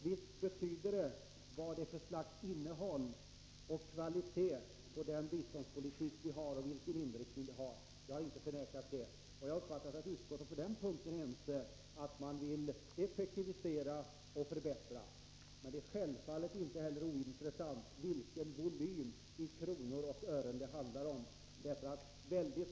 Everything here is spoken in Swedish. Visst betyder det mycket vad det är för innehåll i och kvalitet på den biståndspolitik som vi för och vilken inriktning den har. Jag har inte förnekat det. Och jag har uppfattat att man i utskottet på denna punkt är ense — man vill effektivisera och förbättra. Men det är självfallet inte heller ointressant vilken volym i kronor och ören som det handlar om.